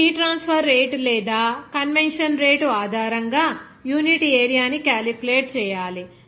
ఇప్పుడు heat transfer rate లేదా convection rate ఆధారంగా యూనిట్ ఏరియా ని ఎలా క్యాలిక్యులేట్ చేయాలి